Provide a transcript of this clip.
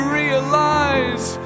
realize